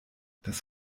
das